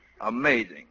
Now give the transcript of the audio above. Amazing